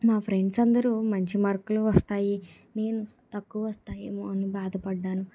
నా ఫ్రెండ్స్ అందరు మంచి మార్కులు వస్తాయి నేను తక్కువ వస్తాయి ఏమో అని బాధపడ్డాను